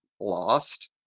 Lost